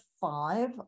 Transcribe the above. five